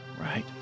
Right